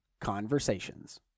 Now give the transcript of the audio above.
Conversations